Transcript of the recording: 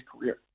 career